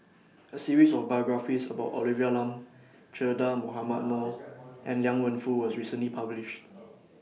A series of biographies about Olivia Lum Che Dah Mohamed Noor and Liang Wenfu was recently published